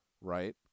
Right